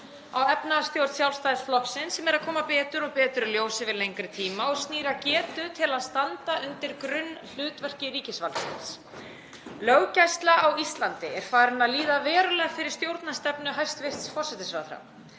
á efnahagsstjórn Sjálfstæðisflokksins sem er að koma betur og betur í ljós yfir lengri tíma og snýr að getu til að standa undir grunnhlutverki ríkisvaldsins. Löggæsla á Íslandi er farin að líða verulega fyrir stjórnarstefnu hæstv. forsætisráðherra.